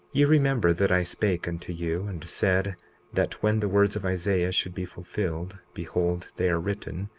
ye remember that i spake unto you, and said that when the words of isaiah should be fulfilled behold they are written,